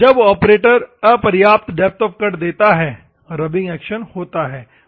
जब ऑपरेटर अपर्याप्त depth of cut देता है रब्बिंग एक्शन होता है